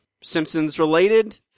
Simpsons-related